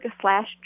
slash